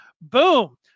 boom